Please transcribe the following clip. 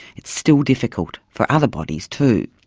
it's still difficult for other bodies too.